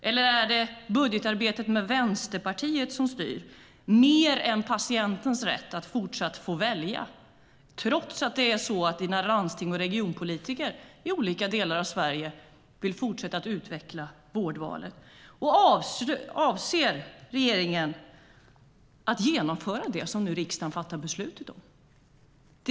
Eller är det budgetarbetet med Vänsterpartiet som styr mer än patienternas rätt att även i fortsättningen få välja, trots att dina landstings och regionpolitiker i olika delar av Sverige vill fortsätta att utveckla vårdvalet? Avser regeringen att genomföra det som riksdagen nu ska fatta beslut om?